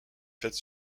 faite